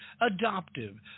adoptive